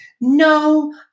no